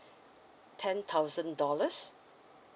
ten thousand dollars